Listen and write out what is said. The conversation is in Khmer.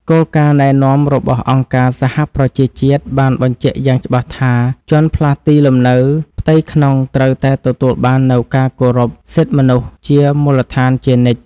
គោលការណ៍ណែនាំរបស់អង្គការសហប្រជាជាតិបានបញ្ជាក់យ៉ាងច្បាស់ថា ជនផ្លាស់ទីលំនៅផ្ទៃក្នុងត្រូវតែទទួលបាននូវការគោរពសិទ្ធិមនុស្សជាមូលដ្ឋានជានិច្ច។